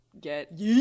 get